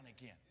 again